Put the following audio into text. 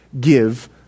give